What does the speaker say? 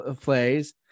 plays